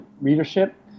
readership